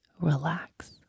relax